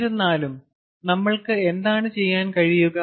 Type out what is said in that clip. എന്നിരുന്നാലും നമ്മൾക്ക് എന്താണ് ചെയ്യാൻ കഴിയുക